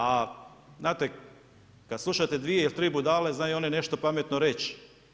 A znate, kada slušate dvije ili tri budale znaju one nešto pametno reći.